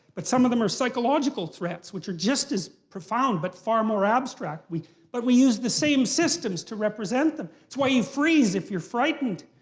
but some of them are psychological threats, which are just as profound but far more abstract. but we use the same systems to represent them. it's why you freeze if you're frightened.